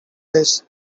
this